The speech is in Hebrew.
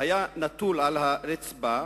היה מוטל על הרצפה,